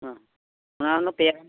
ᱚ ᱚᱱᱟ ᱩᱱ ᱯᱮᱭᱟ ᱜᱟᱱ